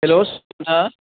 hello हा